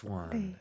one